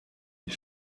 des